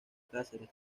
casares